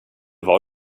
vad